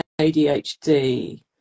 adhd